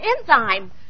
enzyme